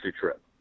Trip